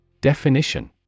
Definition